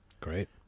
Great